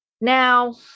Now